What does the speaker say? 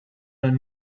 their